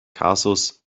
kasus